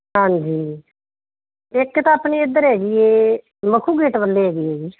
ਹਾਂਜੀ ਇੱਕ ਤਾਂ ਆਪਣੇ ਇੱਧਰ ਹੈਗੀ ਹੈ ਮੱਖੂ ਗੇਟ ਵੱਲ ਹੈਗੀ ਹੈ ਜੀ